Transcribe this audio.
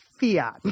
Fiat